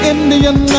Indian